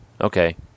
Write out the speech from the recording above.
okay